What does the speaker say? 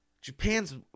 Japan's